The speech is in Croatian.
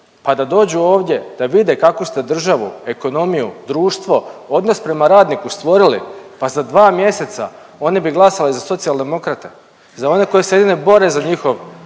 pa da dođu ovdje da vide kakvu ste državu, ekonomiju, društvo, odnos prema radniku stvorili pa za dva mjeseca oni bi glasali za Socijaldemokrate, za one koji se jedini bore za njihovo